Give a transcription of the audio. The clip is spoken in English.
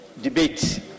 debate